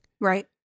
right